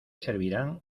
servirán